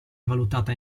valutata